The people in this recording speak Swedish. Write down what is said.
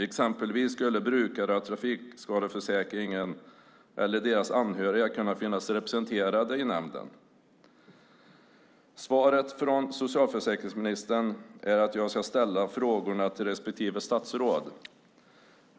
Exempelvis skulle brukare av trafikskadeförsäkringen eller deras anhöriga kunna finnas representerade i nämnden. Svaret från socialförsäkringsministern är att jag ska ställa frågorna till respektive statsråd.